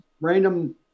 random